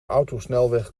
autosnelweg